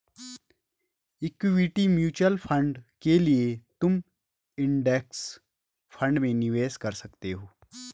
equity mutual fund के लिए तुम इंडेक्स फंड में निवेश कर सकते हो